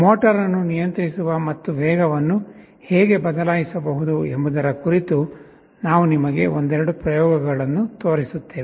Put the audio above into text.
motor ಅನ್ನು ನಿಯಂತ್ರಿಸುವ ಮತ್ತು ವೇಗವನ್ನು ಹೇಗೆ ಬದಲಾಯಿಸಬಹುದು ಎಂಬುದರ ಕುರಿತು ನಾವು ನಿಮಗೆ ಒಂದೆರಡು ಪ್ರಯೋಗಗಳನ್ನು ತೋರಿಸುತ್ತೇವೆ